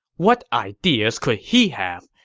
what ideas could he have?